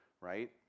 right